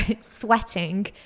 sweating